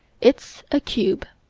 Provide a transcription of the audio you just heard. it's a cube.